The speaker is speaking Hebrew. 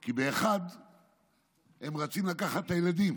כי ב-13:00 הם רצים לקחת את הילדים